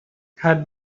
had